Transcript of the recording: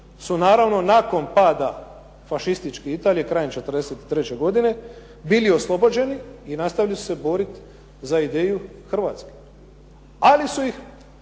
su naravno nakon pada fašističke Italije krajem '43. godine bili oslobođeni i nastavili su se boriti za ideju Hrvatske, ali su ih